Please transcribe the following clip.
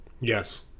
Yes